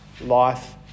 life